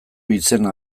izena